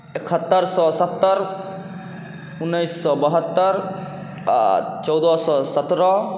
एकहत्तरि सओ सत्तरि उनैस सओ बहत्तरि आओर चौदह सओ सतरह